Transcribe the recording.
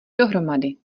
dohromady